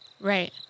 Right